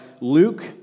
Luke